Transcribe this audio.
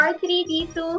R3D2